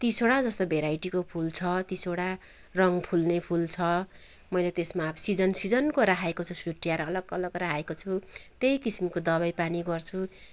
तिसवटा जस्तो भेराइटीको फुल छ तिसवटा रङ फुल्ने फूल छ मैले त्यसमा अब सिजन सिजनको राखेको छुट्यााएर अलग अलग राखेको छु त्यही किसिमको दबाई पानी गर्छु